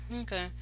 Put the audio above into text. okay